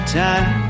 time